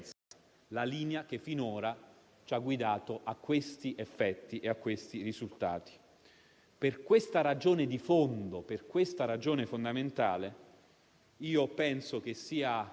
della crisi sanitaria è un modello che ha funzionato e che ci ha consentito una maggiore rapidità di intervento dinanzi alle necessità che si sono presentate.